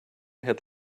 had